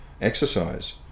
exercise